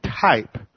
type